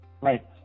Right